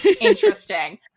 Interesting